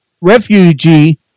refugee